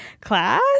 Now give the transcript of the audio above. class